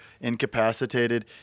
incapacitated